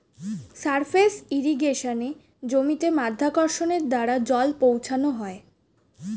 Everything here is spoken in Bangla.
সারফেস ইর্রিগেশনে জমিতে মাধ্যাকর্ষণের দ্বারা জল পৌঁছানো হয়